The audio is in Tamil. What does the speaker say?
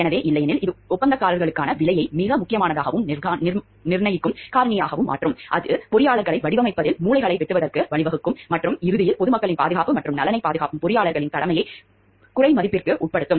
எனவே இல்லையெனில் இது ஒப்பந்தங்களுக்கான விலையை மிக முக்கியமானதாகவும் நிர்ணயிக்கும் காரணியாகவும் மாற்றும் இது பொறியாளர்களை வடிவமைப்பதில் மூலைகளை வெட்டுவதற்கு வழிவகுக்கும் மற்றும் இறுதியில் பொதுமக்களின் பாதுகாப்பு மற்றும் நலனைப் பாதுகாக்கும் பொறியாளர்களின் கடமையைக் குறைமதிப்பிற்கு உட்படுத்தும்